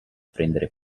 prender